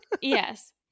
Yes